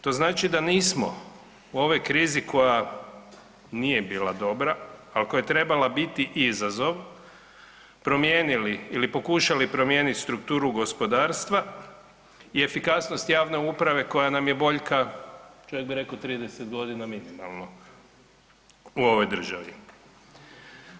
To znači da nismo u ovoj krizi koja nije bila dobra ali koja je trebala biti izazov promijenili ili pokušali promijeniti strukturu gospodarstva i efikasnost javne uprave koja nam je boljka čak bi rekao 30 godina minimalno u ovoj državi.